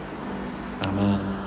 Amen